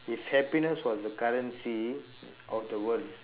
if happiness was the currency mm of the world